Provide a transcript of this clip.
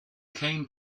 came